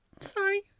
Sorry